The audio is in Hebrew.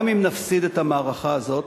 גם אם נפסיד את המערכה הזאת,